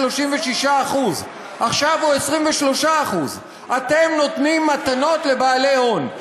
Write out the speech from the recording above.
36%. עכשיו הוא 23%. אתם נותנים מתנות לבעלי הון.